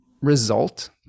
result